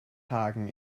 hagen